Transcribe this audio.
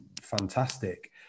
fantastic